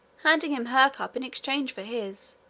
handing him her cup in exchange for his,